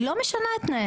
היא לא משנה את תנאי